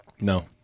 No